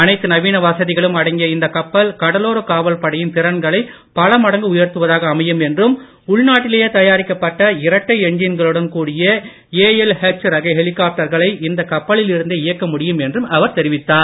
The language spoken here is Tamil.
அனைத்து நவீன வசதிகளும் அடங்கிய இந்தக் கப்பல் கடலோர காவல்படையின் திறன்களை பலமடங்கு உயர்த்துவதாக அமையும் என்றும் உள்நாட்டிலேயே தயாரிக்கப்பட்ட இரட்டை எஞ்சின்களுடன் கூடிய ஏஎல்எச் ரக ஹெலிகாப்டர்களை இந்தக் கப்பலில் இருந்தே இயக்க முடியும் என்றும் அவர் தெரிவித்தார்